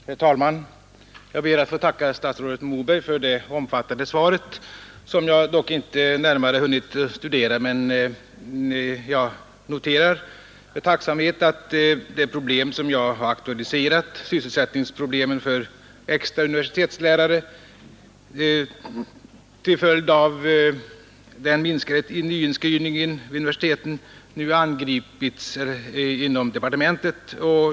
Herr talman! Jag ber att få tacka statsrådet Moberg för det omfattande svaret, som jag inte närmare hunnit studera. Jag noterar dock med tacksamhet att de problem som jag har aktualiserat, nämligen sysselsättningsproblemen för extra universitetslärare till följd av den minskade nyinskrivningen vid universiteten, nu angripits inom departementet.